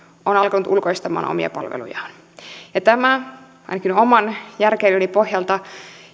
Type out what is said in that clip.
on alkanut ulkoistamaan omia palvelujaan tämä ainakin oman järkeilyni pohjalta